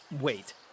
Wait